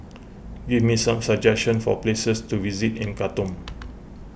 give me some suggestions for places to visit in Khartoum